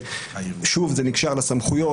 ושוב זה נקשר לסמכויות.